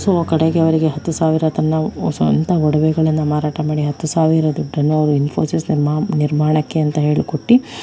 so ಕಡೆಗೆ ಅವರಿಗೆ ಹತ್ತು ಸಾವಿರ ತನ್ನ ಸ್ವಂತ ಒಡವೆಗಳನ್ನು ಮಾರಾಟ ಮಾಡಿ ಹತ್ತು ಸಾವಿರ ದುಡ್ಡನ್ನು ಅವರು ಇನ್ಫೋಸಿಸನ್ನು ನಿರ್ಮಾಣಕ್ಕೆ ಅಂತ ಹೇಳ್ಕೊಟ್ಟಿ